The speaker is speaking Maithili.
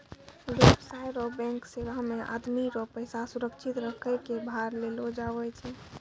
व्यवसाय रो बैंक सेवा मे आदमी रो पैसा सुरक्षित रखै कै भार लेलो जावै छै